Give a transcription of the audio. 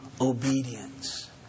obedience